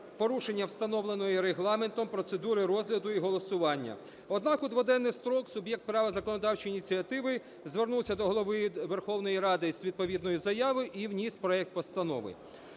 порушення, встановленої Регламентом, процедури розгляду і голосування. Однак у дводенний строк суб’єкт права законодавчої ініціативи звернувся до Голови Верховної Ради з відповідною заявою і вніс проект Постанови.